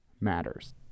matters